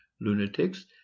lunatics